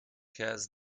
has